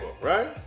right